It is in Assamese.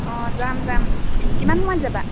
অঁ যাম যাম কিমান সময়ত যাবা